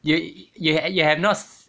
you you you you have not sa~